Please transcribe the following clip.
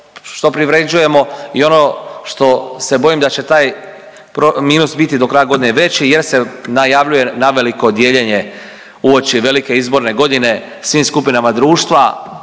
što privređujemo i ono što se bojim da će taj minus biti do kraja godine veći jer se najavljuje naveliko dijeljenje uoči velike izborne godine svim skupinama društva,